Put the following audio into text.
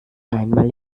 einmal